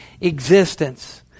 existence